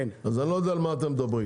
אז אני לא יודע על מה אתם מדברים,